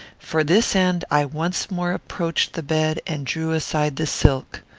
for this end i once more approached the bed, and drew aside the silk.